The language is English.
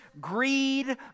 greed